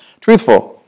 truthful